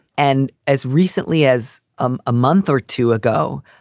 and as recently as um a month or two ago,